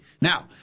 Now